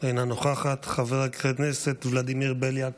אינה נוכחת, חבר הכנסת ולדימיר בליאק,